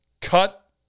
Cut